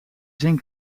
zin